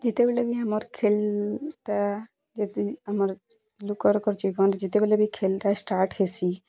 ଯେତେବେଲେ ବି ଆମର୍ ଖେଲ୍ ଟା ଯେତିକି ଆମର୍ ଲୁକର କରସି ମାନେ ଯେତେବେଲେ ବି ଖେଲ୍ଟା ଷ୍ଟାର୍ଟ୍ ହେସି